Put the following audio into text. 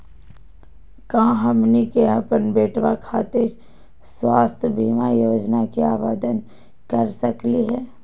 का हमनी के अपन बेटवा खातिर स्वास्थ्य बीमा योजना के आवेदन करे सकली हे?